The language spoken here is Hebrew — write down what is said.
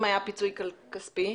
אם היה פיצוי כספי?